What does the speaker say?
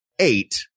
eight